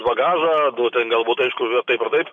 bagažą duot ten galbūt aišku vėl taip ar taip